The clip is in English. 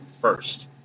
first